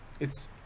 It's-